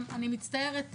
אני מצטערת,